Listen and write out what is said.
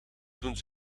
toen